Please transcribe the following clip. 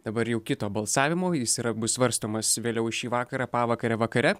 dabar jau kito balsavimo jis yra bus svarstomas vėliau šį vakarą pavakare vakare